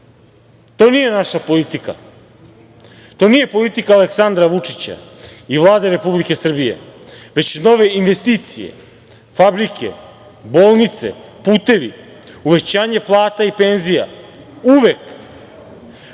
To nije naša politika. To nije politika Aleksandra Vučića i Vlade Republike Srbije, već nove investicije, fabrike, bolnice, putevi, uvećanje plata i penzija uvek,